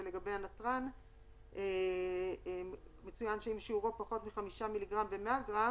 (גר') Fats (gr.) אם הערך פחות מ-0.5% במשקל,